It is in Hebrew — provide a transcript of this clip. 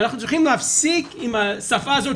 ואנחנו צריכים להפסיק עם השפה הזאת,